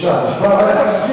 אנשי חברה קדישא,